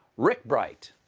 rick bright.